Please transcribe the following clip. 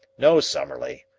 no, summerlee,